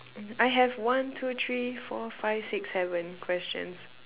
I have one two three four five six seven questions